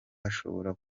hashobora